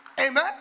amen